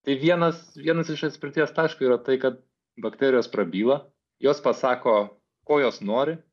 tai vienas vienas iš atspirties taško yra tai kad bakterijos prabyla jos pasako ko jos nori